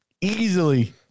easily